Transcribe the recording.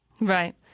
Right